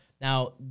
Now